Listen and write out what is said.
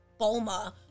Bulma